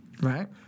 Right